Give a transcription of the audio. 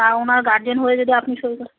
তা ওনার গার্জেন হয়ে যদি আপনি সই করতে